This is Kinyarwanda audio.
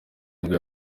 nibwo